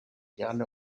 gerne